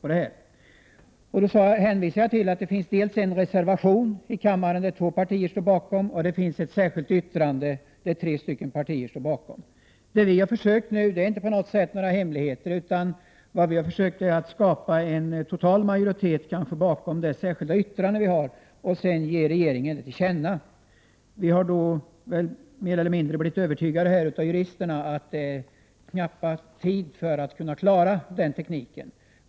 När det gäller Lemisystmet har jag hänvisat till en reservation som två partier står bakom och till ett särskilt yttrande som tre partier stöder. Det vi har försökt göra är inte på något sätt några hemligheter. Vi har försökt att skapa en majoritet för att de synpunkter vi framför i det särskilda yttrandet skall ges regeringen till känna. Juristerna har mer eller mindre övertygat oss om att det är knappt om tid för att införa den tekniken.